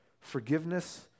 Forgiveness